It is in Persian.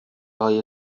های